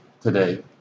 today